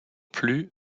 plus